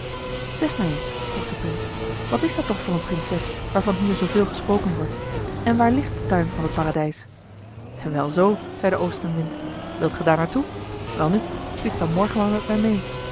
zeg mij eens vroeg de prins wat is dat toch voor een prinses waarvan hier zooveel gesproken wordt en waar ligt de tuin van het paradijs wel zoo zei de oostenwind wilt ge daar naar toe welnu vlieg dan morgen maar met mij mee